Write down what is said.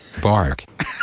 Bark